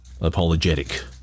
apologetic